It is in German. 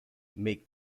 mick